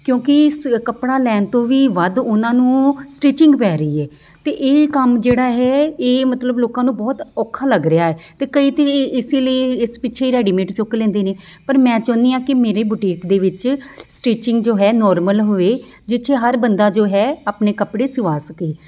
ਕਿਉਂਕਿ ਸ ਕੱਪੜਾ ਲੈਣ ਤੋਂ ਵੀ ਵੱਧ ਉਹਨਾਂ ਨੂੰ ਸਟਿਚਿੰਗ ਪੈ ਰਹੀ ਹੈ ਅਤੇ ਇਹ ਕੰਮ ਜਿਹੜਾ ਹੈ ਇਹ ਮਤਲਬ ਲੋਕਾਂ ਨੂੰ ਬਹੁਤ ਔਖਾ ਲੱਗ ਰਿਹਾ ਹੈ ਅਤੇ ਕਈ ਤਾਂ ਇਸੇ ਲਈ ਇਸ ਪਿੱਛੇ ਰੈਡੀਮੇਡ ਚੁੱਕ ਲੈਂਦੇ ਨੇ ਪਰ ਮੈਂ ਚਾਹੁੰਦੀ ਹਾਂ ਕਿ ਮੇਰੇ ਬੁਟੀਕ ਦੇ ਵਿੱਚ ਸਟੀਚਿੰਗ ਜੋ ਹੈ ਨੋਰਮਲ ਹੋਵੇ ਜਿਹ 'ਚ ਹਰ ਬੰਦਾ ਜੋ ਹੈ ਆਪਣੇ ਕੱਪੜੇ ਸਵਾ ਸਕੇ